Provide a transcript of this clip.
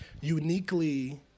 uniquely